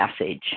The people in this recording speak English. message